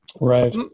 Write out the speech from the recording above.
right